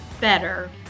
better